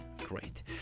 Great